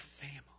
family